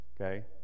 Okay